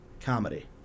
comedy